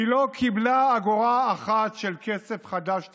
היא לא קיבלה אגורה אחת של כסף חדש תקציבי.